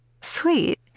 sweet